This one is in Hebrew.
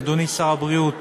אדוני שר הבריאות,